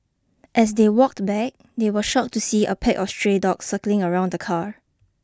as they walked back they were shocked to see a pack of stray dogs circling around the car